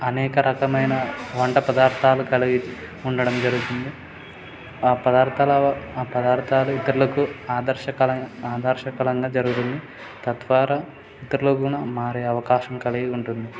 అనేక రకమైన వంట పదార్థాలు కలిగి ఉండటం జరుగుతుంది ఆ పదార్థాల ఆ పదార్ధాలు ఇతరులకు ఆదర్శకం ఆదర్శంగా జరుగుతుంది తద్వారా ఇతరులు కూడా మారే అవకాశం కలిగి ఉంటుంది